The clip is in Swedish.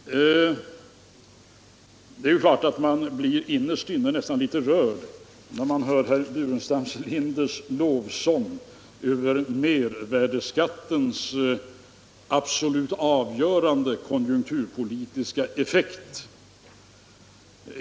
Innerst inne blir man nästan litet rörd när man hör herr Burenstam Linders lovsång över mervärdeskattens absolut avgörande konjunkturpolitiska effekt.